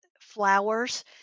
flowers